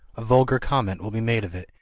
a vulgar comment will be made of it,